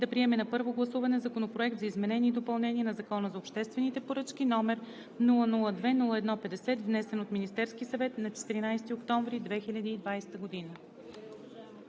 да приеме на първо гласуване Законопроект за изменение и допълнение на Закона за обществените поръчки, № 002-01-50, внесен от Министерския съвет на 14 октомври 2020 г.“